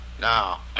Now